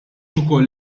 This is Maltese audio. ukoll